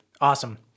Awesome